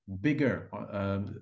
bigger